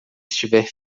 estiver